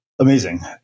Amazing